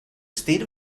state